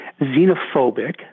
xenophobic